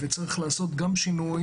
וצריך לעשות שינוי,